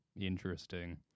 interesting